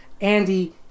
Andy